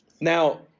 now